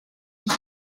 izi